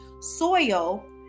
soil